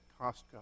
Costco